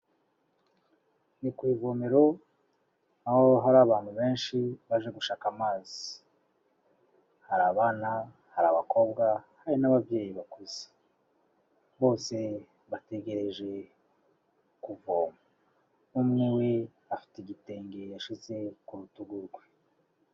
Ni ku ivomero aho hari abantu benshi baje gushaka amazi, hari abana, hari abakobwa, hari n'ababyeyi bakuze, bose bategereje kuvoma, umwe we afite igitenge yashyize ku rutugu rwe.